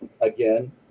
again